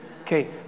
Okay